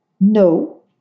No